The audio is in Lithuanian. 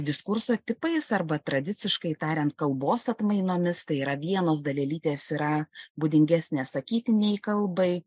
diskurso tipais arba tradiciškai tariant kalbos atmainomis tai yra vienos dalelytės yra būdingesnė sakytinei kalbai